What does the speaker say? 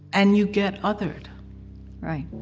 and you get othered right,